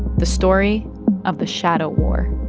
the story of the shadow war